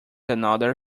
another